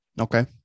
okay